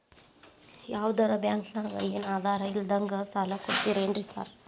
ಯಾವದರಾ ಬ್ಯಾಂಕ್ ನಾಗ ಏನು ಆಧಾರ್ ಇಲ್ದಂಗನೆ ಸಾಲ ಕೊಡ್ತಾರೆನ್ರಿ ಸಾರ್?